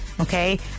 Okay